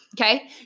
Okay